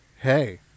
Hey